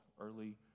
early